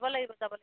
যাব লাগিব যাব লাগিব